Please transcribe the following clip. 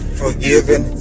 forgiven